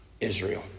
Israel